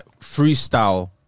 freestyle